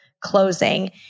closing